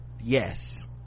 yes